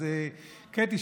אז קטי,